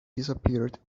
disappeared